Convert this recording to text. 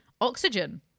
oxygen